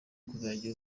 kuzajya